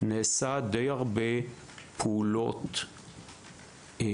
נעשו די הרבה פעולות של